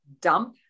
dump